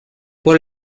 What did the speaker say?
por